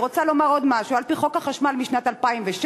אני רוצה לומר עוד משהו: על-פי חוק החשמל משנת 2007,